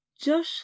Josh